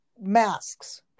masks